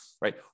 Right